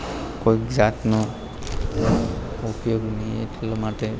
કોઈ જ જાતનું ઉપયોગ નહીં એટલા માટે